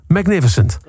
Magnificent